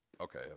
Okay